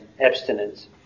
abstinence